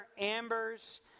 Amber's